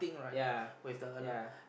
yea yea